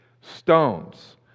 stones